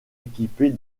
équipée